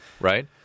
right